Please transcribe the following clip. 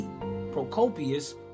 Procopius